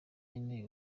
nkeneye